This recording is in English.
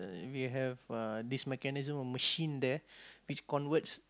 we have uh this mechanism or machine there which converts